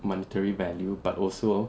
monetary value but also